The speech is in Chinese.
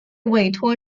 委托